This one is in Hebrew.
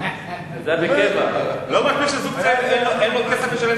לא מספיק שלזוג צעיר אין כסף לשלם,